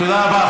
תודה רבה.